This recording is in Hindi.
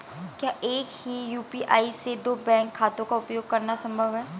क्या एक ही यू.पी.आई से दो बैंक खातों का उपयोग करना संभव है?